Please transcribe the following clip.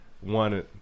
one